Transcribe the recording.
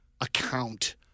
account